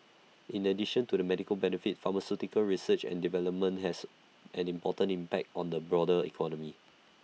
in addition to the medical benefit pharmaceutical research and development has an important impact on the broader economy